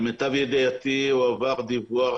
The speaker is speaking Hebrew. למיטב ידיעתי הועבר דיווח,